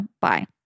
bye